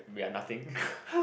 we are nothing